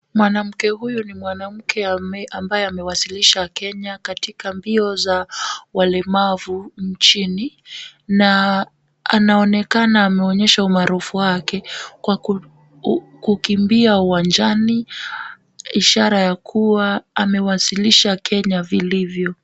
Mwanamke huyu ni mwanamke ambaye amewakilisha kenya katika mbio za walemavu nchini na anaonekana ameonyesha umaarufu wake kwa kukimbia uwanjani ishara ya kuwa amewakilisha kenya vilivyo.